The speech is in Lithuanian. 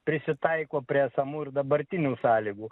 prisitaiko prie esamų ir dabartinių sąlygų